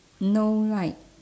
no light